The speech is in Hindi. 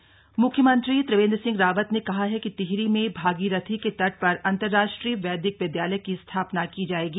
टिहरी लेक फेस्टिवल म्ख्यमंत्री त्रिवेन्द्र सिंह रावत ने कहा है कि टिहरी में भागीरथी के तट पर अंतरराष्ट्रीय वैदिक विद्यालय की स्थापना की जाएगी